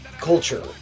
culture